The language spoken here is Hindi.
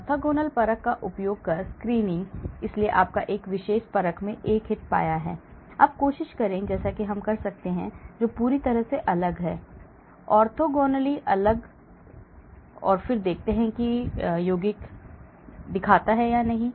ऑर्थोगोनल परख का उपयोग कर स्क्रीनिंग इसलिए आपने एक विशेष परख में एक हिट पाया है अब कोशिश करें और मैं कहता हूं कि जो पूरी तरह से अलग है orthogonally अलग और फिर देखते हैं कि यौगिक दिखाता है या नहीं